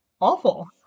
awful